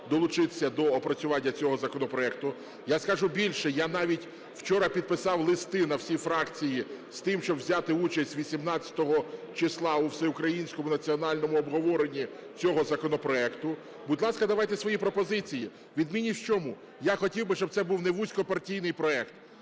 долучитися до опрацювання цього законопроекту. Я скажу більше, я навіть вчора підписав листи на всі фракції з тим, щоб взяти участь 18 числа у всеукраїнському національному обговоренні цього законопроекту. Будь ласка, давайте свої пропозиції. Відмінність в чому? Я хотів би, щоб це був не вузькопартійний проект.